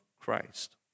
Christ